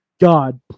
God